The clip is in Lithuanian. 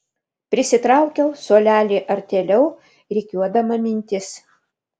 prisitraukiau suolelį artėliau rikiuodama mintis